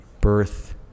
Birth